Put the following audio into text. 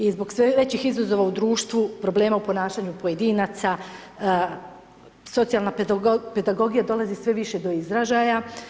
I zbog sveg većih izazova u društvu, probleme u ponašanju pojedinaca, socijalan pedagogija dolazi sve više do izražaja.